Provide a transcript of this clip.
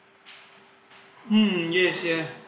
mm yes ya